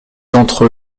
d’entre